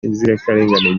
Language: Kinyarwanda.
inzirakarengane